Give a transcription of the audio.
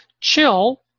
chill